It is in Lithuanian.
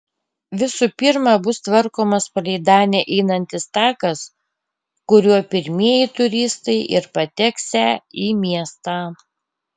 visų pirma bus tvarkomas palei danę einantis takas kuriuo pirmieji turistai ir pateksią į miestą